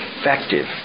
effective